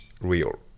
real